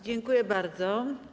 Dziękuję bardzo.